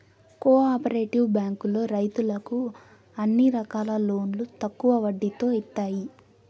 co operative బ్యాంకులో రైతులకు అన్ని రకాల లోన్లు తక్కువ వడ్డీతో ఇత్తాయి